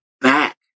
back